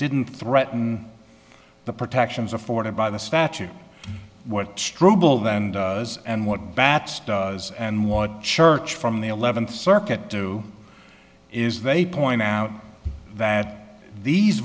didn't threaten the protections afforded by the statute what strobel that was and what batched does and what church from the eleventh circuit do is they point out that these